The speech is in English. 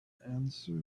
answer